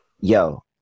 Yo